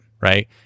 right